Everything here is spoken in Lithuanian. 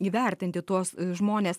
įvertinti tuos žmones